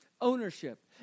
Ownership